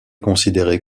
considéré